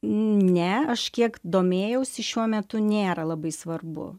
ne aš kiek domėjausi šiuo metu nėra labai svarbu